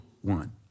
one